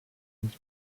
his